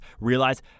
Realize